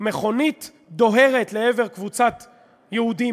בהן מכונית דוהרת לעבר קבוצת יהודים,